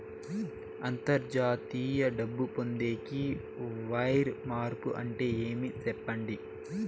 అంతర్జాతీయ డబ్బు పొందేకి, వైర్ మార్పు అంటే ఏమి? సెప్పండి?